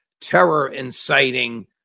terror-inciting